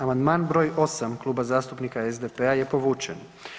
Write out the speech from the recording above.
Amandman br. 8 Kluba zastupnika SDP-a je povučen.